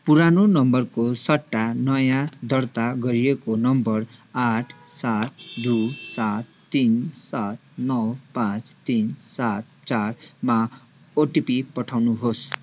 पुरानो नम्बरको सट्टा नयाँ दर्ता गरिएको नम्बर आठ सात दुई सात तिन सात नौ पाँच तिन सात चारमा ओटिपी पठाउनु होस्